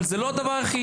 אבל זה לא הדבר היחידי.